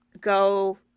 go